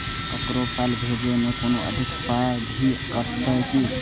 ककरो पाय भेजै मे कोनो अधिक पाय भी कटतै की?